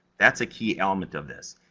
that's a key element of this,